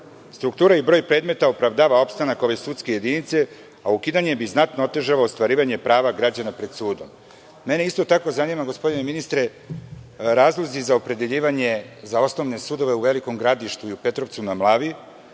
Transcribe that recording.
Struktura i broj predmeta opravdava opstanak ove sudske jedinice, a ukidanje bi znatno otežalo ostvarivanje prava građana pred sudom. Mene isto tako zanima, gospodine ministre, razlozi za opredeljivanje za osnovne sudove u Velikom Gradištu i Petrovcu na Mlavi,